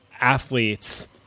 athletes